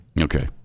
Okay